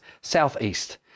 southeast